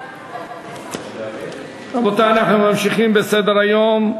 רבותי, אנחנו ממשיכים בסדר-היום.